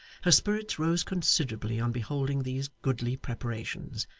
her spirits rose considerably on beholding these goodly preparations,